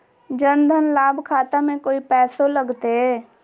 जन धन लाभ खाता में कोइ पैसों लगते?